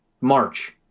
March